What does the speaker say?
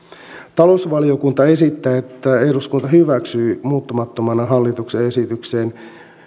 talousvaliokunta esittää että eduskunta hyväksyy muuttamattomana hallituksen esitykseen